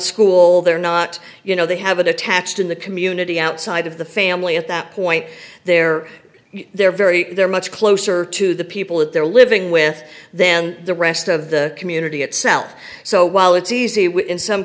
school they're not you know they have a detached in the community outside of the family at that point they're they're very they're much closer to the people that they're living with then the rest of the community itself so while it's easy in some